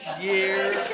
year